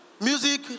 Music